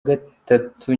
gatatu